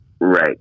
Right